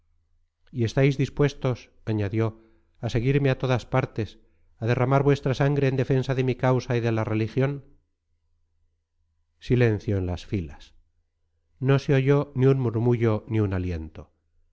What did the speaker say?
y estáis dispuestos añadió a seguirme a todas partes a derramar vuestra sangre en defensa de mi causa y de la religión silencio en las filas no se oyó ni un murmullo ni un aliento